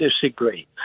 disagree